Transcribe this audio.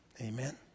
Amen